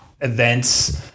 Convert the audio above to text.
events